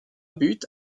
buts